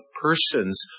persons